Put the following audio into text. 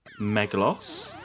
Megalos